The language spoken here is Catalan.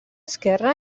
esquerre